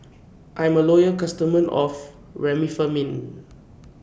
I'm A Loyal customer of Remifemin